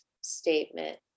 statement